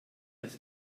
das